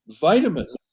Vitamins